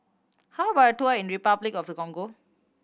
how about a tour in Repuclic of the Congo